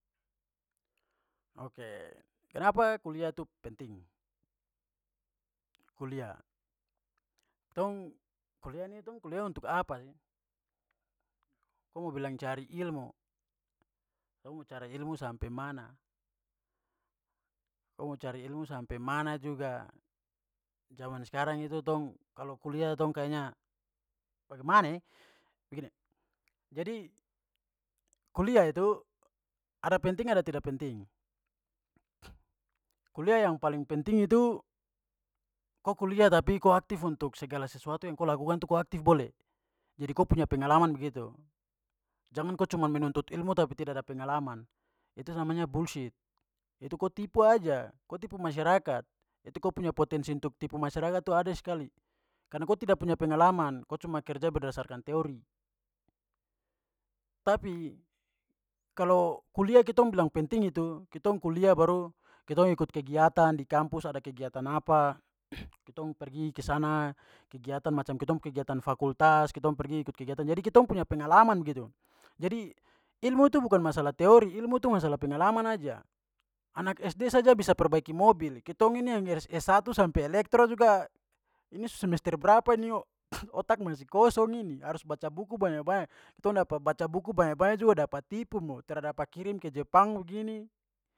Oke, kenapa kuliah itu penting? Kuliah. Tong kuliah ini tong kuliah untuk apa sih? Ko mo bilang cari ilmu, ko mau cari ilmu sampai mana? Ko mo cari ilmu sampai mana juga jaman sekarang itu tong kalo kuliah tong kayaknya, bagaimana e. Begini, jadi kuliah itu ada penting ada tidak penting. Kuliah yang paling penting itu ko kuliah tapi ko aktif untuk segala sesuatu yang ko lakukan itu ko aktif boleh. Jadi ko punya pengalaman begitu. Jangan ko cuma menuntut ilmu tapi tidak ada pengalaman. Itu namanya bullshit. Itu ko tipu aja. Kok tipu masyarakat. Itu ko punya potensi untuk tipu masyarakat tuh ada sekali. Karena ko tidak punya pengalaman. Ko cuma kerja berdasarkan teori. Tapi kalau kuliah kitong bilang penting itu kitong kuliah baru kitong ikut kegiatan di kampus ada kegiatan apa kitong pergi ke sana kegiatan macam kitong kegiatan fakultas, kitong pergi ikut kegiatan. Jadi kitong punya pengalaman begitu. Jadi, ilmu tu bukan masalah teori, ilmu tu masalah pengalaman aja. Anak SD saja bisa perbaiki mobil, kitong ini yang s satu sampai elektro juga ini su semester berapa ini otak masih kosong ini, harus baca buku banyak-banyak. Tong dapat baca buku banyak-banyak juga dapat tipu mo, tra dapa kirim ke jepang begini.